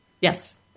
yes